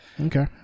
Okay